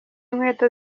nkweto